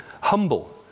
Humble